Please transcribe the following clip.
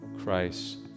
Christ